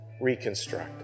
reconstruct